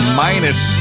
minus